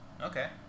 Okay